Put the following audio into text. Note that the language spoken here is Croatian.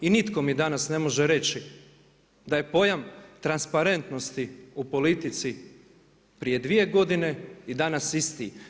I nitko mi danas ne može reći da je pojam transparentnosti u politici prije 2 godine i danas isti.